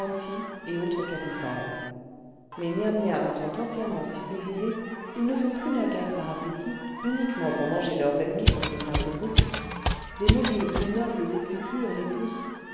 et antres capitales les niams niams sont entièrement civilisés ils ne font plus la guerre par appétit uniquement pour manger leurs ennemis comme de simples brutes des mobiles plus nobles et plus purs les